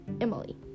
Emily